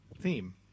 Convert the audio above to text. theme